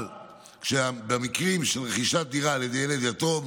אבל במקרים של רכישת דירה על ידי ילד יתום